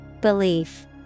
Belief